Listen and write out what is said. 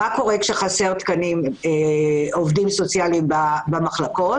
מה קורה כשחסרים תקנים לעובדים סוציאליים במחלקות?